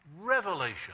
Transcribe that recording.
revelation